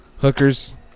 hookers